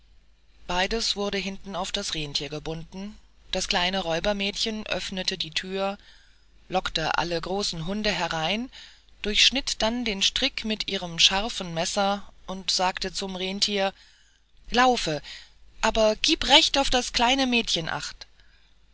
beides wurde hinten auf das renntier gebunden das kleine räubermädchen öffnete die thür lockte alle großen hunde herein durchschnitt dann den strick mit ihrem scharfen messer und sagte zum renntier laufe aber gieb recht auf das kleine mädchen acht